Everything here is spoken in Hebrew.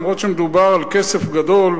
אף-על-פי שמדובר על כסף גדול,